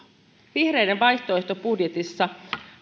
vihreiden vaihtoehtobudjetissa